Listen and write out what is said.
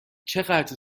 چقدر